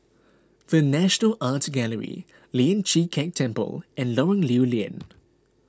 the National Art Gallery Lian Chee Kek Temple and Lorong Lew Lian